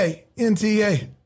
N-T-A